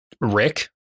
Rick